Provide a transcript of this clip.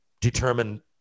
determine